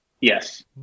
Yes